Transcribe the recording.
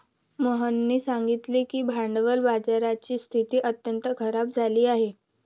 मोहननी सांगितले की भांडवल बाजाराची स्थिती अत्यंत खराब झाली आहे